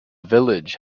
village